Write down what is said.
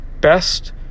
best